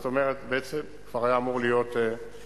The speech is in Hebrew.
זאת אומרת בעצם כבר היה אמור להיות מבוצע,